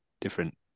different